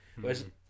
Whereas